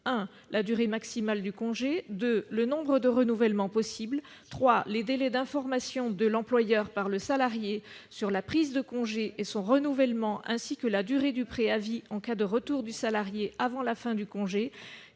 1° La durée maximale du congé ; 2° Le nombre de renouvellements possibles ; 3° Les délais d'information de l'employeur par le salarié sur la prise du congé et son renouvellement ainsi que la durée du préavis en cas de retour du salarié avant la fin du congé